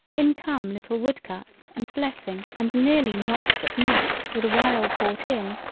in come little wood cuts and blessing and nearly not that not with a wild bought in,